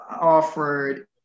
offered